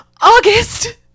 August